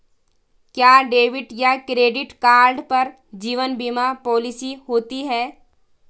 क्या डेबिट या credit card पर जीवन बीमा पॉलिसी होती है?